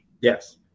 Yes